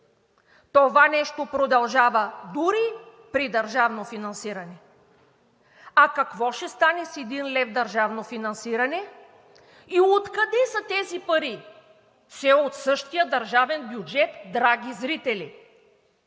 Това нещо продължава дори при държавното финансиране. А какво ще стане с един лев държавно финансиране и откъде са тези пари?! Все от същия държавен бюджет, драги зрители,